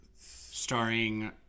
Starring